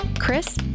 Chris